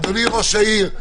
אדוני ראש העיר,